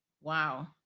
Wow